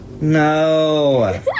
No